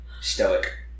stoic